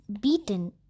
beaten